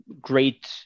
great